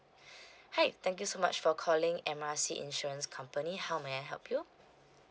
hi thank you so much for calling M_R_C insurance company how may I help you